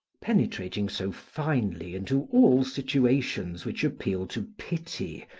penetrating so finely into all situations which appeal to pity,